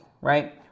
right